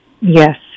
Yes